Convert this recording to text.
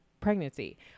Pregnancy